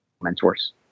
mentors